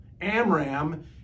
Amram